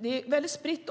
Det är också väldigt spritt